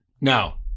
Now